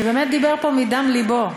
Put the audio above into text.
שבאמת דיבר פה מדם לבו.